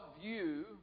view